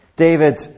David